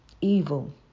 evil